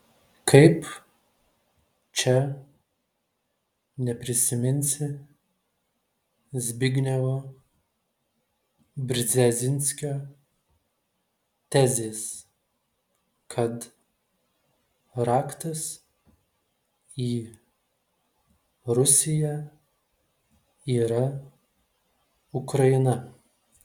kaip čia neprisiminsi zbignevo brzezinskio tezės kad raktas į rusiją yra ukraina